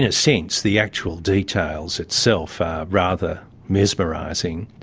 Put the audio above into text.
in a sense, the actual details itself are rather mesmerising.